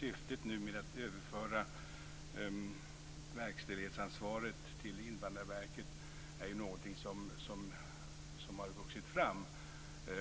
Syftet med att överföra verkställighetsansvaret till Invandrarverket har vuxit fram.